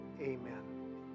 Amen